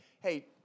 hey